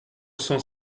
cent